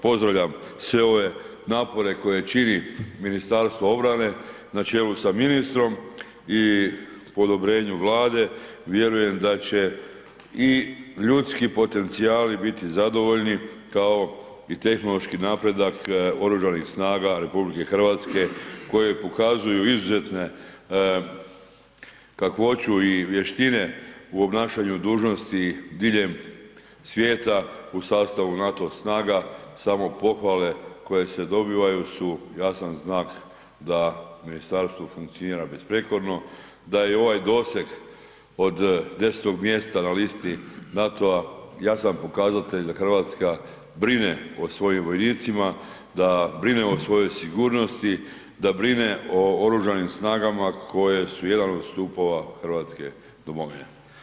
Pozdravljam sve ove napore koje čini MORH na čelu sa ministrom i po odobrenju Vlade vjerujem da će i ljudski potencijali biti zadovoljni kao i tehnološki napredah Oružanih snaga RH koje pokazuju izuzetne kakvoću i vještine u obnašanju dužnosti diljem svijeta u sastavu NATO snaga, samo pohvale koje se dobivaju su jasan znak da ministarstvo funkcionira besprijekorno, da je ovaj doseg od 10. mjesta na listi NATO-a jasan pokazatelj da Hrvatska brine o svojim vojnicima, da brine o svojoj sigurnosti, da brine o Oružanim snagama koje su jedan od stupova hrvatske domovine.